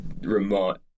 remote